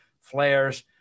flares